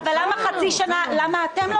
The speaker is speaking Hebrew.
אבל למה אתם לא